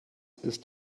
ist